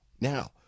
now